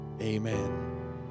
amen